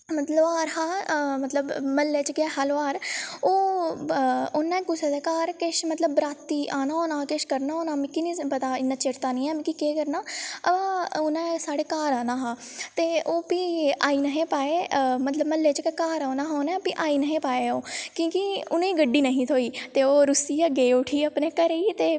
मतलब लोहार हा मतलब म्हल्लै च गै हा लोहार ओह् उन्नै कुसै दे घर किश मतलब बराती आना होना किश करना होना मिगी निं पता इन्ना चेत्ता निं ऐ कि केह् करना उन्नै साढ़े घर आना हा ते ओह् फ्ही आई नेईं हे पाए मतलब म्हल्ले च गै घर आना हा उनें फ्ही आई नेईं हे पाए ओह् क्योंकि उ'नेंगी गड्डी नेईं ही थ्होई ते ओह् रुस्सियै गे उठी अपनै घरै गी ते